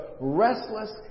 restless